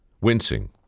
wincing